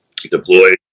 Deployed